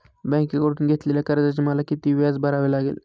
बँकेकडून घेतलेल्या कर्जाचे मला किती व्याज भरावे लागेल?